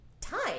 time